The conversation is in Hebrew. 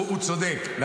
הוא צודק.